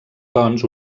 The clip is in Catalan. doncs